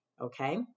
okay